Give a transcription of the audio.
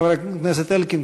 חבר הכנסת אלקין,